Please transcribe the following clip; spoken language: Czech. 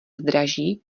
zdraží